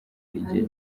igihe